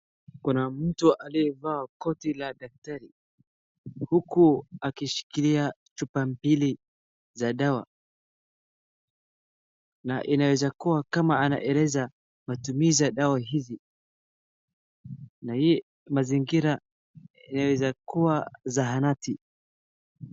Kuna mtu aliyevaa koti la daktari huku akishikilia chupa mbili za dawa na inaeza kuwa kama anaeleza matumizi ya dawa hizi na hii mazingira yaeza kuwa zahanati.